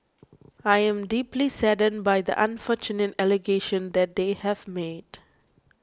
I am deeply saddened by the unfortunate allegation that they have made